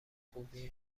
خوبی